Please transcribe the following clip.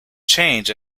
changed